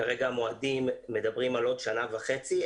כרגע המועדים מדברים על עוד שנה וחצי.